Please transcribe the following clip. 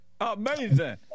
Amazing